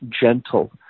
Gentle